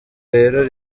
rero